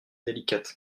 délicate